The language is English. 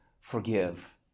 forgive